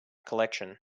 collection